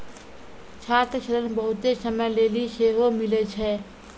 छात्र ऋण बहुते समय लेली सेहो मिलै छै